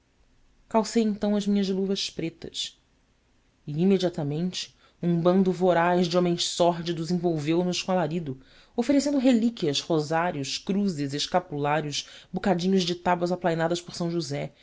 calcei então as minhas luvas pretas e imediatamente um bando voraz de homens sórdidos envolveu nos com alarido oferecendo relíquias rosários cruzes escapulários bocadinhos de tábuas aplainadas por são josé